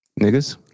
Niggas